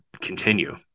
continue